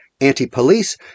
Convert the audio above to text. anti-police